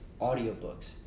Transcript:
audiobooks